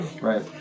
Right